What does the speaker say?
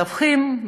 הלכתי למתווכים,